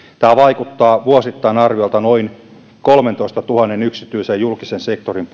tämä esitys vaikuttaa vuosittain arviolta noin kolmeentoistatuhanteen yksityisen ja julkisen sektorin